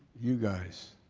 you guys,